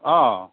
অঁ